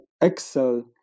Excel